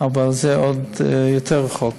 אבל זה עוד יותר רחוק.